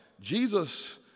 Jesus